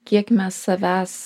kiek mes savęs